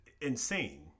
insane